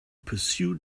pursue